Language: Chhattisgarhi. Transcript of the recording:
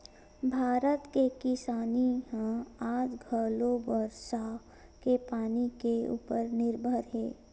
भारत के किसानी ह आज घलो बरसा के पानी के उपर निरभर हे